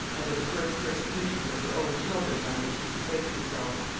and of the first persecutions of her own children by which she disgraced herself.